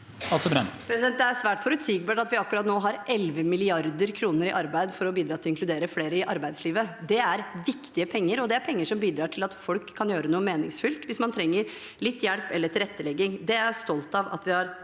Det er svært for- utsigbart at vi akkurat nå har 11 mrd. kr til arbeid for å bidra til å inkludere flere i arbeidslivet. Det er viktige penger, og det er penger som bidrar til at folk kan gjøre noe meningsfullt – hvis man trenger litt hjelp eller tilrettelegging. Det er jeg stolt av at vi har